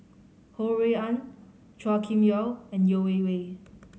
Ho Rui An Chua Kim Yeow and Yeo Wei Wei